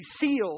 sealed